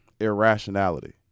irrationality